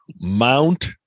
Mount